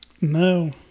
No